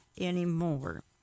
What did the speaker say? anymore